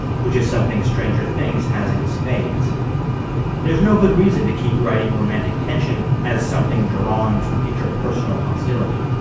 which is something stranger things has in spades there's no good reason to keep writing romantic tension as something drawn from interpersonal hostility